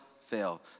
fail